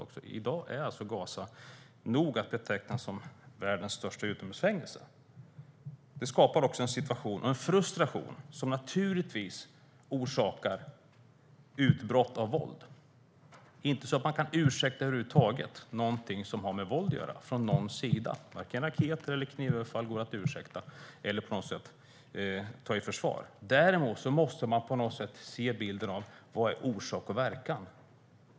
I dag är Gaza nog att beteckna som världens största utomhusfängelse. Det skapar en situation och en frustration som orsakar utbrott av våld. Det är inte så att man över huvud taget kan ursäkta någonting som har med våld att göra från någon sida. Varken raketer eller knivöverfall går att ursäkta eller på något sätt ta i försvar. Däremot måste man se bilden: Vad är orsak och verkan?